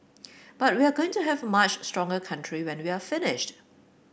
but we're going to have a much stronger country when we're finished